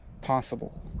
possible